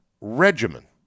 regimen